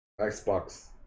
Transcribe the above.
xbox